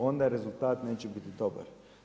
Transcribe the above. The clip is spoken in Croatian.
Onda je rezultat neće biti dobar.